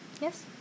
Yes